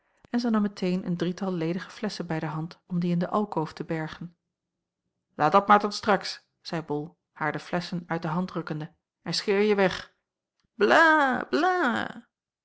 en zij nam meteen een drietal ledige flesschen bij de hand om die in de alkoof te bergen laat dat maar tot straks zeî bol haar de flesschen uit de hand rukkende en scheerje weg blae